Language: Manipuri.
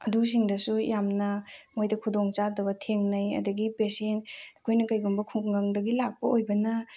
ꯑꯗꯨꯁꯤꯡꯗꯁꯨ ꯌꯥꯝꯅ ꯃꯣꯏꯗ ꯈꯨꯗꯣꯡ ꯆꯥꯗꯕ ꯊꯦꯡꯅꯩ ꯑꯗꯨꯗꯒꯤ ꯄꯦꯁꯦꯟ ꯑꯩꯈꯣꯏꯅ ꯀꯩꯒꯨꯝꯕ ꯈꯨꯡꯒꯪꯗꯒꯤ ꯂꯥꯛꯄ ꯑꯣꯏꯕꯅ